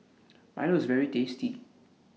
Milo IS very tasty